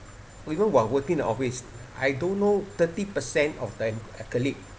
even while working in the office I don't know thirty percent of the colleague